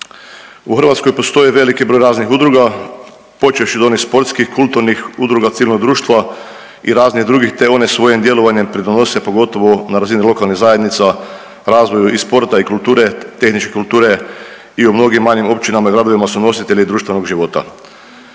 U Hrvatskoj postoji veliki broj raznih udruga počevši od onih sportskih, kulturnih udruga civilnog društva i raznih drugih, te one svojim djelovanjem pridonose pogotovo na razini lokalnih zajednica razvoju i sporta i kulture, tehničke kulture i u mnogim manjim općinama i gradovima su nositelji društvenog života.